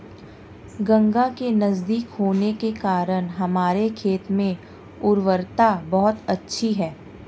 गंगा के नजदीक होने के कारण हमारे खेत में उर्वरता बहुत अच्छी है